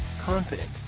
confident